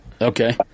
Okay